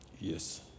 Yes